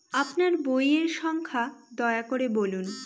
আপনার বইয়ের সংখ্যা দয়া করে বলুন?